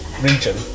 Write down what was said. region